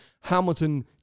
hamilton